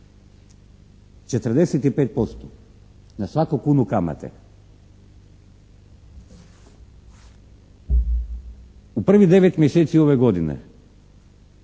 45% na svaku kunu kamate. U prvih 9 mjeseci ove godine